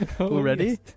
Already